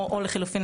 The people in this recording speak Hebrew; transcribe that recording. או לחילופין,